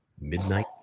midnight